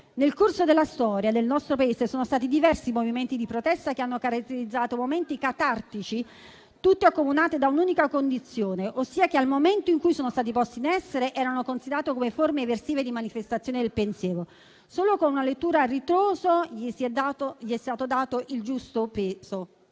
Nel corso della storia del nostro Paese sono stati diversi i movimenti di protesta che hanno caratterizzato momenti catartici, tutti accomunati da un'unica condizione, ossia che nel momento in cui sono stati posti in essere sono stati considerati come forme eversive di manifestazione del pensiero, ma a cui solo con una lettura a ritroso è stato dato il giusto peso.